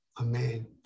Amen